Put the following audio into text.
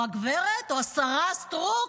או הגברת, השרה סטרוק,